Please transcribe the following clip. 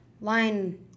line